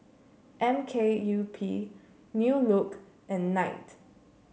M K U P New Look and Night